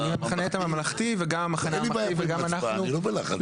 אני מייצג את המחנה הממלכתי וגם אנחנו סבורים